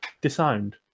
disowned